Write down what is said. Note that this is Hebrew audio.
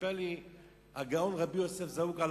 סיפר לי הגאון רבי יוסף זרוק,